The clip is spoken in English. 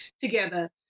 together